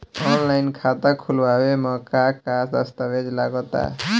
Online खाता खूलावे म का का दस्तावेज लगा ता?